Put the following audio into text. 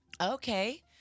Okay